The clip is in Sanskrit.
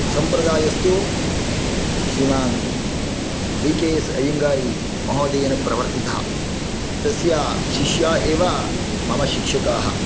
सम्प्रदायस्तु श्रीमान् बी के एस् अय्यङ्गार् महोदयेन प्रवर्तितः तस्य शिष्या एव मम शिक्षकाः